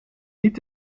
niet